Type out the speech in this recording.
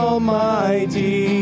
Almighty